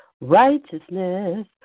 Righteousness